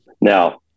Now